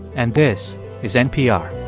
and this is npr